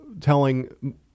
telling